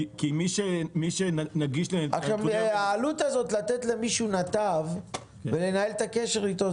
מי שנגיש לנתוני --- העלות הזאת לתת למישהו נתב ולנהל את הקשר איתו,